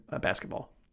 basketball